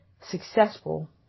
successful